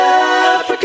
Africa